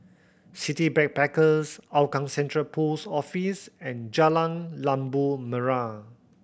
City Backpackers Hougang Central Post Office and Jalan Labu Merah